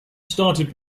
started